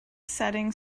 setting